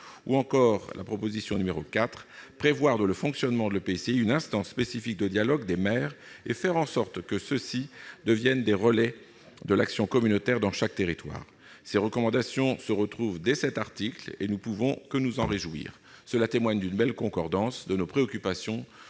encore la proposition n° 4 :« prévoir, dans le fonctionnement de l'EPCI, une instance spécifique de dialogue des maires et faire en sorte que ceux-ci deviennent des relais de l'action communautaire dans chaque territoire ». Ces recommandations sont reprises au travers de l'article 1 du présent projet de loi, et nous ne pouvons que nous en réjouir. Cela témoigne d'une belle concordance de nos préoccupations